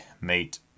Mate